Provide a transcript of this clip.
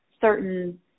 certain